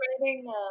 writing